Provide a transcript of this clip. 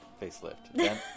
facelift